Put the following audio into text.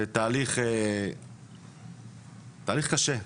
תהליך קשה.